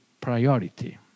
priority